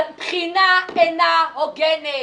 הבחינה אינה הוגנת.